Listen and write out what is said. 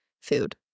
food